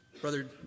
brother